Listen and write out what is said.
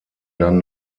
dann